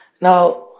Now